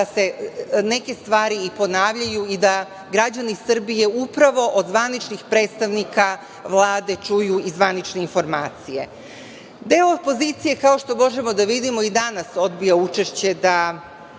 da se neke stvari i ponavljaju i da građani Srbije upravo do zvaničnih predstavnika Vlade čuju i zvanične informacije. Deo opozicije, kao što možemo da vidimo i danas, odbio je učešće da